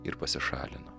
ir pasišalino